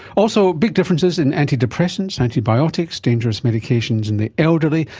also, big differences in antidepressants, antibiotics, dangerous medications in the elderly,